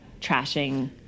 trashing